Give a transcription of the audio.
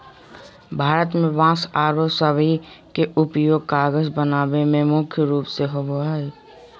भारत में बांस आरो सबई के उपयोग कागज बनावे में मुख्य रूप से होबो हई